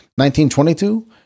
1922